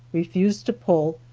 refuse to pull,